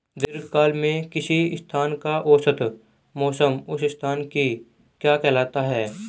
दीर्घकाल में किसी स्थान का औसत मौसम उस स्थान की क्या कहलाता है?